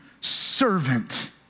servant